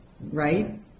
right